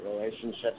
relationships